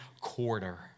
quarter